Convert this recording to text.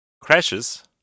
Crashes